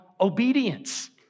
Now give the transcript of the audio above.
obedience